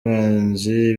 banzi